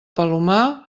palomar